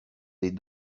des